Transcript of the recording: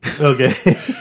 okay